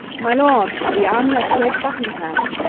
my lord, the army of great buckingham